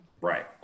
Right